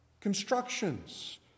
constructions